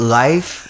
life